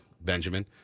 Benjamin